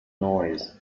noise